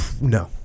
No